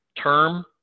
term